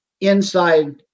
inside